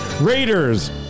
Raiders